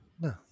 No